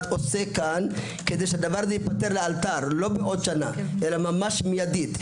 עושה פה כדי שהדבר ייפתר לאלתר ולא בעוד שנה אלא ממש מיידית.